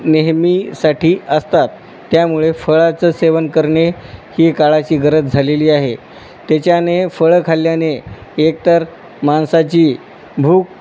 नेहमीसाठी असतात त्यामुळे फळाचं सेवन करणे ही काळाची गरज झालेली आहे त्याच्याने फळं खाल्ल्याने एकतर माणसाची भूक